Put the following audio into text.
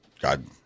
God